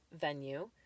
venue